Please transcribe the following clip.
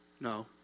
No